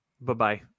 Bye-bye